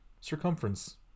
circumference